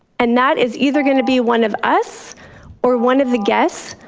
and that is either going to be one of us or one of the guests,